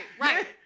right